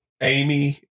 Amy